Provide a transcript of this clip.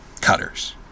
cutters